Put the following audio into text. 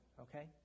okay